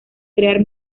crear